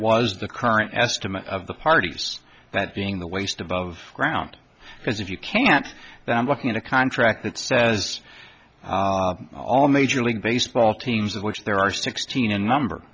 was the current estimate of the parties that being the waste above ground because if you can't then i'm looking at a contract that says all major league baseball teams of which there are sixteen and number